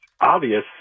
obvious